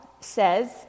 says